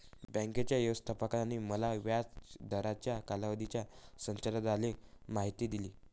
बँकेच्या व्यवस्थापकाने मला व्याज दराच्या कालावधीच्या संरचनेबद्दल माहिती दिली